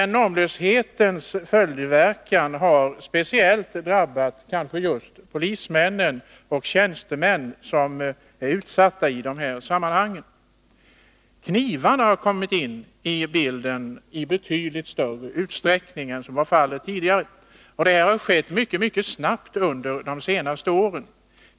Normlöshetens följdverkningar har kanske speciellt drabbat polismän och tjänstemän som är utsatta i de här sammanhangen. Knivarna har kommit in i bilden i betydligt större utsträckning än vad som var fallet tidigare. Och detta har skett mycket snabbt under de senaste åren.